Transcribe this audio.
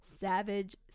Savage